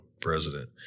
president